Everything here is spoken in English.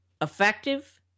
effective